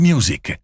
Music